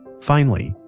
finally,